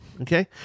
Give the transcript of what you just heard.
Okay